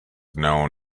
known